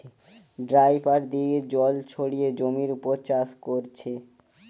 dripper দিয়ে জল ছড়িয়ে জমির উপর চাষ কোরছে